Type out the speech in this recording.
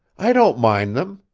i don't mind them.